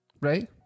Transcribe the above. Right